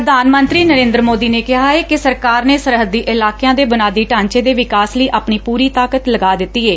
ਪ੍ਰਧਾਨ ਮੰਤਰੀ ਨਰੇਂਦਰ ਸੋਦੀ ਨੇ ਕਿਹਾ ਏ ਕਿ ਸਰਕਾਰ ਨੇ ਸਰਹੱਦੀ ਇਲਾਕਿਆਂ ਦੇ ਬੁਨਿਆਦੀ ਢਾਂਚੇ ਦੇ ਵਿਕਾਸ ਲਈ ਆਪਣੀ ਪੂਰੀ ਤਾਕਤ ਲਗਾ ਦਿੱਤੀ ਏ